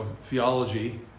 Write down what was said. theology